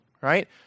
right